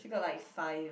she got like five